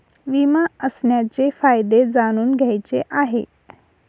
विमा असण्याचे फायदे जाणून घ्यायचे आहे